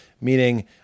Meaning